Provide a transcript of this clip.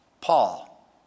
Paul